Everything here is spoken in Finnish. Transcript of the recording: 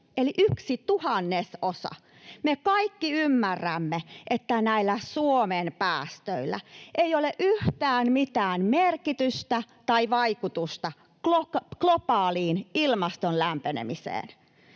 eli yksi tuhannesosa. Me kaikki ymmärrämme, että näillä Suomen päästöillä ei ole yhtään mitään merkitystä tai vaikutusta globaaliin ilmaston lämpenemiseen.